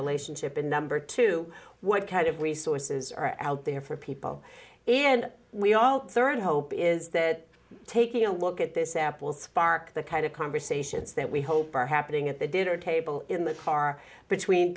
relationship and number two what kind of resources are out there for people and we all turn hope is that taking a look at this app will spark the kind of conversations that we hope are happening at the dinner table in the car between